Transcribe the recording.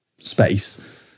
space